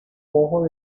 ojo